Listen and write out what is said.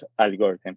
algorithms